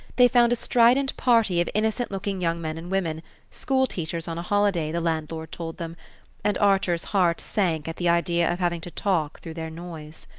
they found a strident party of innocent-looking young men and women school-teachers on a holiday, the landlord told them and archer's heart sank at the idea of having to talk through their noise.